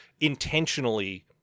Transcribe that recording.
intentionally